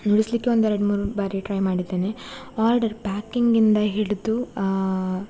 ನುಡಿಸಲಿಕ್ಕೆ ಒಂದೆರಡು ಮೂರು ಬಾರಿ ಟ್ರೈ ಮಾಡಿದ್ದೇನೆ ಆರ್ಡರ್ ಪ್ಯಾಕಿಂಗಿಂದ ಹಿಡಿದು ಆ